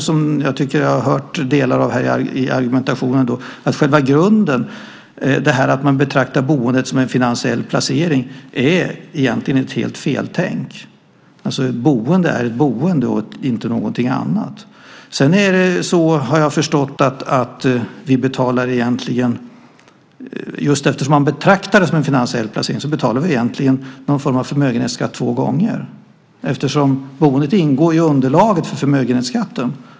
Jag har hört delar av det i argumentationen. Själva grunden att man betraktar boendet som en finansiell placering är egentligen ett helt feltänk. Ett boende är ett boende och inte någonting annat. Just därför att man betraktar det som en finansiell placering betalar vi egentligen någon form av förmögenhetsskatt två gånger. Boendet ingår i underlaget för förmögenhetsskatten.